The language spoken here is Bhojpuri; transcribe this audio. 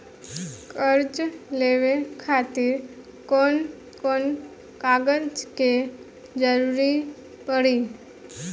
कर्जा लेवे खातिर कौन कौन कागज के जरूरी पड़ी?